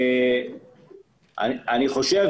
אני חושב